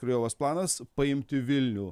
krajovos planas paimti vilnių